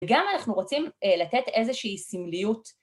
‫וגם אנחנו רוצים לתת איזושהי סמליות.